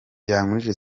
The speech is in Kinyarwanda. yankurije